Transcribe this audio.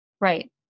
Right